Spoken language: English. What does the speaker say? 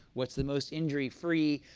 what's the most injury free,